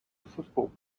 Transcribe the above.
football